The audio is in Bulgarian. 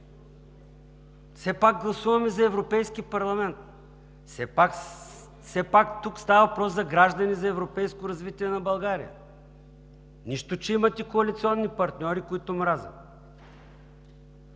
Все пак гласуваме за Европейски парламент, все пак тук става въпрос за граждани за европейско развитие на България. Нищо, че имате коалиционни партньори, които мразят.